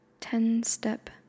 ten-step